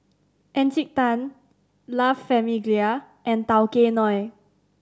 Encik Tan La Famiglia and Tao Kae Noi